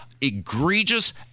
egregious